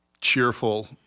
cheerful